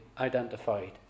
identified